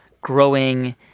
growing